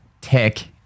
tech